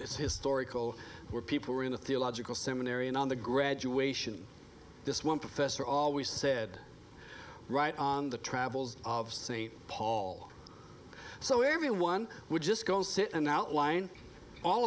it's historical where people were in a theological seminary and on the graduation this one professor always said right on the travels of st paul so everyone would just go sit and outline all